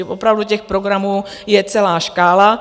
Opravdu těch programů je celá škála.